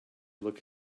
look